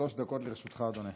שלוש דקות לרשותך, אדוני.